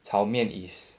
炒面 is